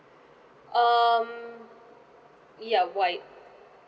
um ya white